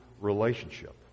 relationship